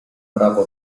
prawo